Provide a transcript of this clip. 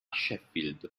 sheffield